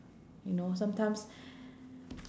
you know sometimes